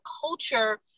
culture